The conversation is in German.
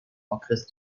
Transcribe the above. okres